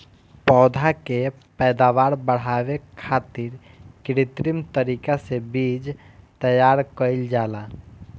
पौधा के पैदावार बढ़ावे खातिर कित्रिम तरीका से बीज तैयार कईल जाला